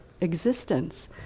existence